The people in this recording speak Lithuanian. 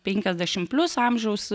penkiasdešimt plius amžiaus